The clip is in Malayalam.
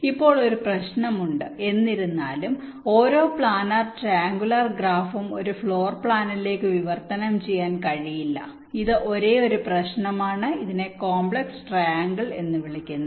ഇപ്പോൾ ഒരു പ്രശ്നമുണ്ട് എന്നിരുന്നാലും ഓരോ പ്ലാനർ ട്രൈഅംഗുലർ ഗ്രാഫും ഒരു ഫ്ലോർ പ്ലാനിലേക്ക് വിവർത്തനം ചെയ്യാൻ കഴിയില്ല ഇത് ഒരേയൊരു പ്രശ്നമാണ് ഇതിനെ കോംപ്ലക്സ് ട്രൈആംഗിൾ എന്ന് വിളിക്കുന്നു